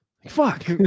Fuck